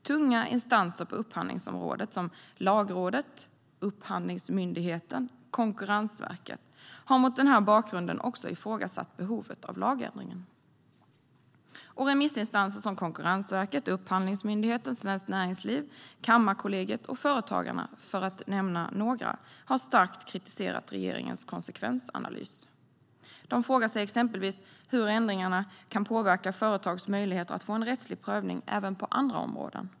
Tunga instanser på upphandlingsområdet, som Lagrådet, Upphandlingsmyndigheten och Konkurrensverket, har mot denna bakgrund också ifrågasatt behovet av lagändringen. Remissinstanser som Konkurrensverket, Upphandlingsmyndigheten, Svenskt Näringsliv, Kammarkollegiet och Företagarna - för att nämna några - har starkt kritiserat regeringens konsekvensanalys. De frågar sig exempelvis hur ändringarna kan påverka företags möjligheter att få en rättslig prövning även på andra områden.